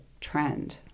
trend